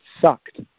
sucked